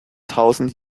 tausend